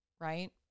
right